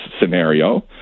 scenario